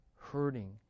hurting